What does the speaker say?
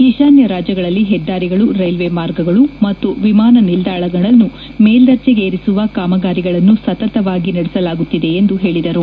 ಈಶಾನ್ಯ ರಾಜ್ಯಗಳಲ್ಲಿ ಹೆದ್ದಾರಿಗಳು ರೈಲ್ವೆ ಮಾರ್ಗಗಳು ಮತ್ತು ವಿಮಾನ ನಿಲ್ದಾಣಗಳನ್ನು ಮೇಲ್ದರ್ಜೆಗೇರಿಸುವ ಕಾಮಗಾರಿಗಳನ್ನು ಸತತವಾಗಿ ನಡೆಸಲಾಗುತ್ತಿದೆ ಎಂದು ಹೇಳಿದರು